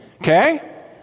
okay